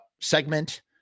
segment